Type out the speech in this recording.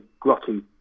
grotty